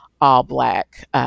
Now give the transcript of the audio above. all-Black